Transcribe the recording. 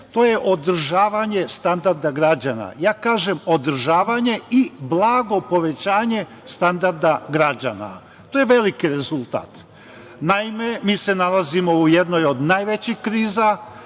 to je održavanje standarda građana, ja kažem, održavanje i blago povećanje standarda građana. To je veliki rezultat. Naime, mi se nalazimo u jednoj od najvećih kriza